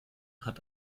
hat